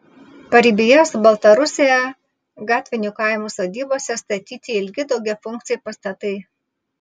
paribyje su baltarusija gatvinių kaimų sodybose statyti ilgi daugiafunkciai pastatai